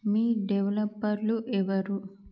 మీ డెవలపర్లు ఎవరు